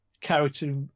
character